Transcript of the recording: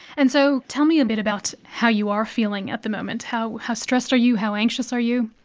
and so tell me a bit about how you are feeling at the moment? how how stressed are you, how anxious are you?